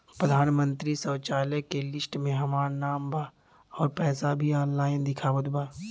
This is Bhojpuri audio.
प्रधानमंत्री शौचालय के लिस्ट में हमार नाम बा अउर पैसा भी ऑनलाइन दिखावत बा